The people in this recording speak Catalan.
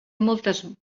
moltes